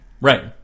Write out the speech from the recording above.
right